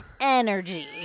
energy